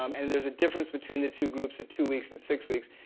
um and there's a difference between the two groups, at two weeks and six weeks.